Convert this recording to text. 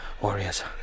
Warriors